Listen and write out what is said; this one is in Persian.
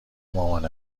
مامان